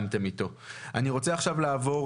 אני רוצה לעבור